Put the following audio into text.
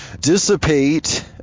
dissipate